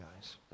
guys